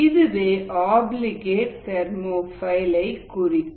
இதுவே obligate thermophile லை குறிக்கும்